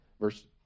verse